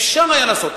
אפשר היה לעשות,